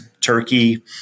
turkey